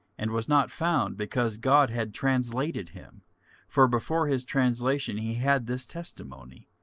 and was not found, because god had translated him for before his translation he had this testimony,